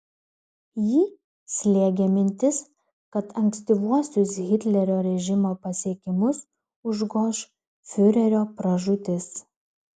jį slėgė mintis kad ankstyvuosius hitlerio režimo pasiekimus užgoš fiurerio pražūtis